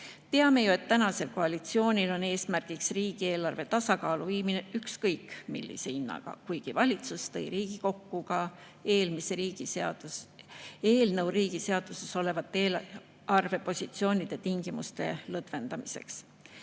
Teame ju, et tänase koalitsiooni eesmärk on riigieelarve tasakaalu viimine ükskõik millise hinnaga, kuigi valitsus tõi Riigikokku ka eelnõu eelarvepositsioonide tingimuste lõdvendamiseks.